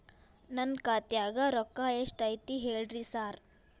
ನನ್ ಖಾತ್ಯಾಗ ರೊಕ್ಕಾ ಎಷ್ಟ್ ಐತಿ ಹೇಳ್ರಿ ಸಾರ್?